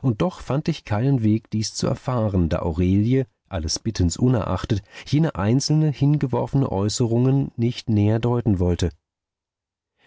und doch fand ich keinen weg dies zu erfahren da aurelie alles bittens unerachtet jene einzelne hingeworfene äußerungen nicht näher deuten wollte